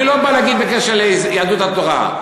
אני לא בא להגיד בקשר ליהדות התורה.